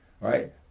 right